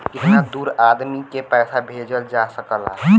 कितना दूर आदमी के पैसा भेजल जा सकला?